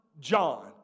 John